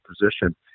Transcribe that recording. position